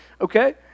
Okay